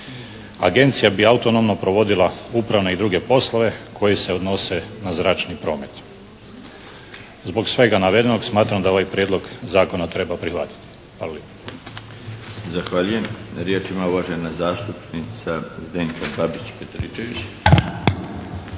Agencija bi autonomno provodila upravne i druge poslove koji se odnose na zračni promet. Zbog svega navedenog smatram da ovaj prijedlog zakona treba prihvatiti. Hvala lijepo. **Milinović, Darko (HDZ)** Zahvaljujem. Riječ ima uvažena zastupnica Zdenka Babić Petričević.